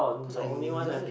cause I love it